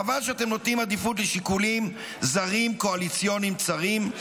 חבל שאתם נותנים עדיפות לשיקולים זרים קואליציוניים צרים,